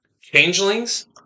changelings